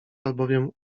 albowiem